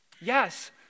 Yes